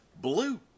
blue